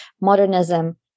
modernism